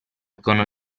con